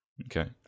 Okay